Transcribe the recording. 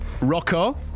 Rocco